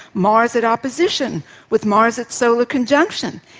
mars at opposition with mars at solar conjunction.